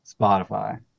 Spotify